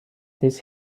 this